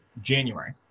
January